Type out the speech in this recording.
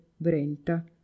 Brenta